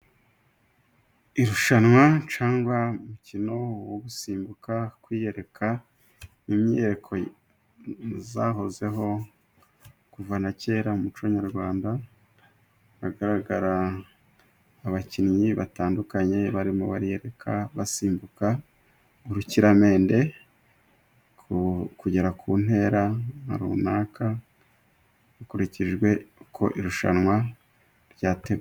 Irushanwa cyangwa umukino wo gusimbuka, kwiyereka imyereko yahozeho kuva na kera mu muco nyarwanda. Hagaragara abakinnyi batandukanye barimo bariyeka basimbuka urukiramende kugera ku ntera runaka, hakurikijwe uko irushanwa ryateguwe.